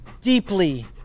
Deeply